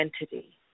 entity